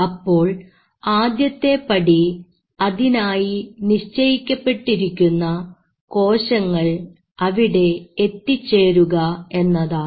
അപ്പോൾ ആദ്യത്തെ പടി അതിനായി നിശ്ചയിക്കപ്പെട്ടിരുന്ന കോശങ്ങൾ അവിടെ എത്തിച്ചേരുക എന്നതാണ്